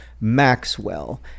Maxwell